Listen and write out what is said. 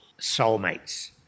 soulmates